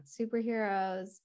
superheroes